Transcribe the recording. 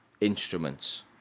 instruments